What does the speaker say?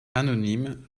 anonyme